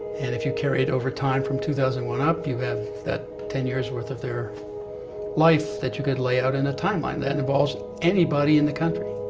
and if you carry it over time from two thousand and one up, you have that ten years' worth of their life that you could lay out in a timeline. that involves anybody in the country.